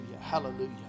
hallelujah